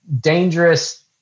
dangerous